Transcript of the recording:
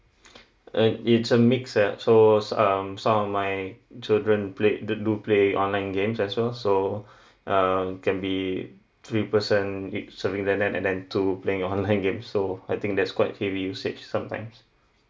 uh it's a mix uh so um some of my children played uh do play online games as well so um can be three person which surfing the net and then two playing online games so I think that's quite heavy usage sometimes